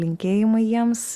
linkėjimai jiems